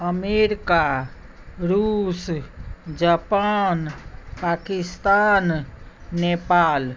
America रूस Japan Pakistan Nepal